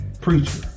preacher